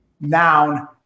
noun